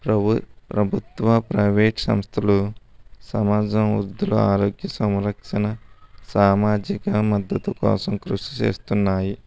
ప్రభు ప్రభుత్వ ప్రైవేట్ సంస్థలు సమాజం వృద్ధుల ఆరోగ్య సంరక్షణ సామాజిక మద్దతు కోసం కృషి చేస్తున్నాయి